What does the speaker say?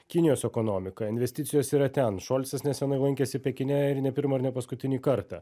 kinijos ekonomiką investicijos yra ten šolcas nesenai lankėsi pekine ir ne pirmą ir ne paskutinį kartą